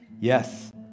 yes